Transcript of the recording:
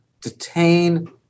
detain